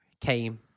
came